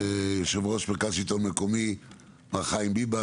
יושב-ראש מרכז שלטון מקומי מר חיים ביבס,